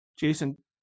Jason